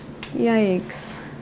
Yikes